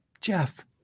Jeff